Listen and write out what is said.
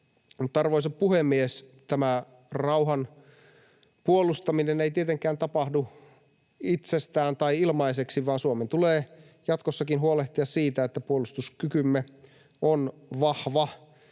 arvoisa puhemies, tämä rauhan puolustaminen ei tietenkään tapahdu itsestään tai ilmaiseksi, vaan Suomen tulee jatkossakin huolehtia siitä, että puolustuskykymme on vahva.